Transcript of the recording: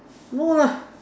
no lah